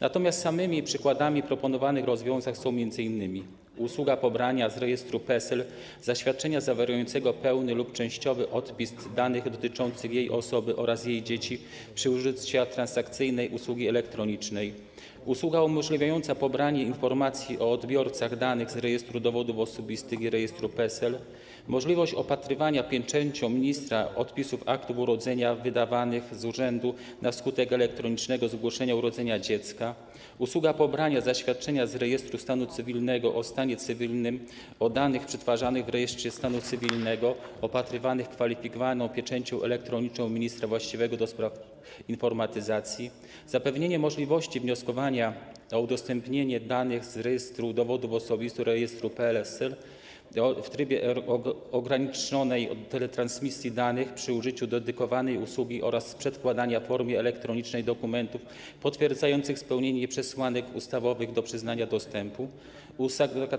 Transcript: Natomiast samymi przykładami proponowanych rozwiązań są m.in. usługa pobrania z rejestru PESEL zaświadczenia zawierającego pełny lub częściowy odpis danych dotyczących osoby oraz jej dzieci przy użyciu transakcyjnej usługi elektronicznej, usługa umożliwiająca pobranie informacji o odbiorcach danych z Rejestru Dowodów Osobistych i rejestru PESEL, możliwość opatrywania pieczęcią ministra odpisów aktu urodzenia wydawanych z urzędu na skutek elektronicznego zgłoszenia urodzenia dziecka, usługa pobrania zaświadczenia z rejestru stanu cywilnego o stanie cywilnym, o danych przetwarzanych w rejestrze stanu cywilnego opatrywanych kwalifikowaną pieczęcią elektroniczną ministra właściwego do spraw informatyzacji, zapewnienie możliwości wnioskowania o udostępnienie danych z Rejestru Dowodów Osobistych oraz rejestru PESEL w trybie ograniczonej teletransmisji danych przy użyciu dedykowanej usługi oraz przedkładania w formie elektronicznej dokumentów potwierdzających spełnienie przesłanek ustawowych do przyznania dostępu, usługa